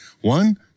One